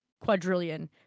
quadrillion